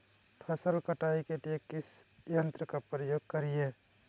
फसल कटाई के लिए किस यंत्र का प्रयोग करिये?